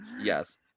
Yes